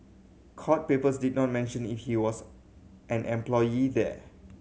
court papers did not mention if he was an employee there